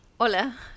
hola